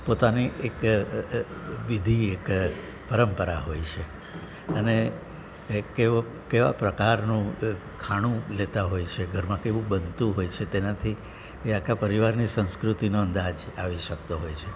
પોતાની એક વિધિ એક પરંપરા હોય છે અને કેવો એ કેવા પ્રકારનું ખાણું લેતા હોઈએ છીએ ઘરમાં કેવું બનતું હોય છે તેનાથી એ આખા પરિવારની સંસ્કૃતિનો અંદાજ આવી શકતો હોય છે